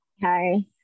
Hi